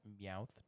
Meowth